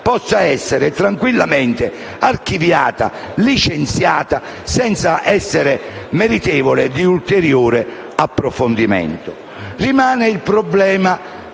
possa essere tranquillamente archiviata e licenziata senza essere meritevole di ulteriore approfondimento. Rimane il problema